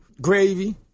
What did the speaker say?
gravy